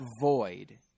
void